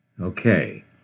Okay